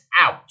out